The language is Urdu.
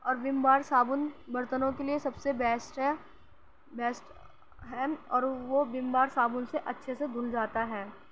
اور ویم بار صابن برتنوں کے لیے سب سے بیسٹ ہے بیسٹ ہے اور وہ ویم بار صابن سے اچھے سے دھل جاتا ہے